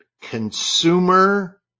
consumer